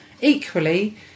equally